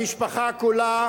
המשפחה כולה